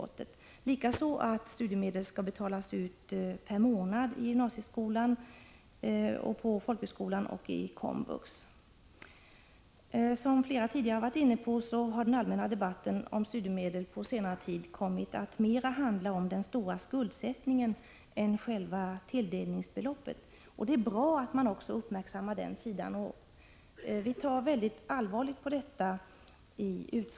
Detta gäller också förslaget att studiemedel skall betalas ut per månad i gymnasieskola, folkhögskola och komvux. Som flera talare har varit inne på, har den allmänna debatten om studiemedel på senare tid kommit att handla mera om den stora skuldsättningen än om själva tilldelningsbeloppet. Det är bra att också den sidan uppmärksammas. Vi ser i utskottet mycket allvarligt på detta.